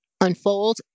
unfold